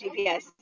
GPS